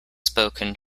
spoken